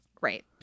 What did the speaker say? right